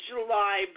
July